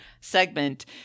segment